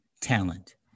talent